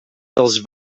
dels